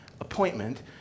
appointment